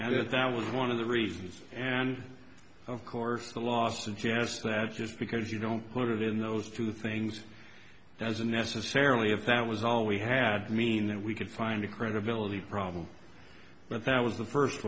that that was one of the reasons and of course the last and she has that just because you don't put it in those two things doesn't necessarily if that was all we had mean that we could find a credibility problem but that was the first